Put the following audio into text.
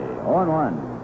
0-1